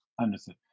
Understood